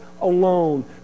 alone